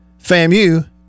FAMU